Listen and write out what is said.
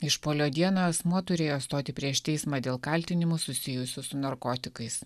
išpuolio dieną asmuo turėjo stoti prieš teismą dėl kaltinimų susijusių su narkotikais